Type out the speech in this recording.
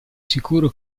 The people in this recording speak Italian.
sicuro